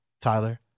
Tyler